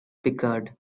picard